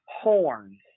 horns